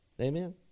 Amen